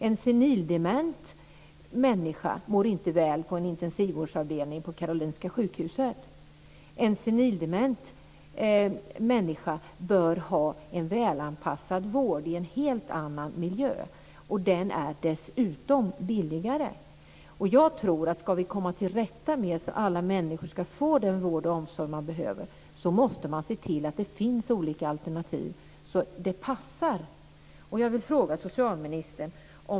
En senildement människa mår inte väl på en intensivvårdsavdelning på Karolinska sjukhuset. En senildement människa bör ha en välanpassad vård i en helt annan miljö - som dessutom är billigare. Ska vi komma till rätta med detta så att alla människor får den vård och omsorg de behöver, måste vi se till att det finns olika alternativ. Kan vi vara överens om detta, socialministern?